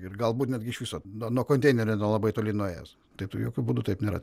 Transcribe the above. ir galbūt netgi iš viso nuo nuo konteinerio nelabai toli nuėjęs tai tu jokiu būdu taip nėra